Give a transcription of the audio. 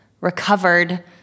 recovered